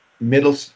Middle